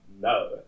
no